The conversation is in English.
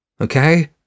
okay